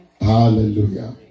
Hallelujah